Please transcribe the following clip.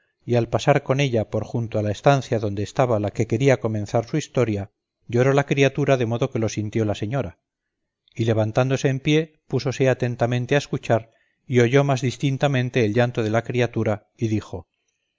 y al pasar con ella por junto a la estancia donde estaba la que quería comenzar su historia lloró la criatura de modo que lo sintió la señora y levantándose en pie púsose atentamente a escuchar y oyó más distintamente el llanto de la criatura y dijo